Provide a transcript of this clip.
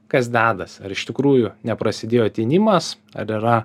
kas dedasi ar iš tikrųjų neprasidėjo tinimas ar yra